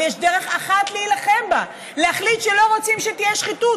אבל יש דרך אחת להילחם בה: להחליט שלא רוצים שתהיה שחיתות.